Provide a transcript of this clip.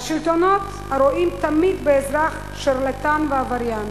השלטונות, הרואים תמיד באזרח שרלטן ועבריין,